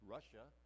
Russia